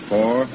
Four